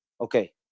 okay